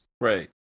Right